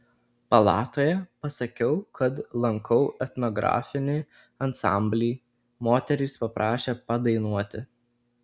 palatoje pasakiau kad lankau etnografinį ansamblį moterys paprašė padainuoti